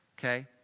Okay